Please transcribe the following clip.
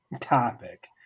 topic